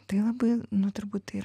tai labai nu turbūt yra